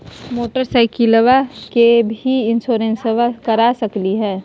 मोटरसाइकिलबा के भी इंसोरेंसबा करा सकलीय है?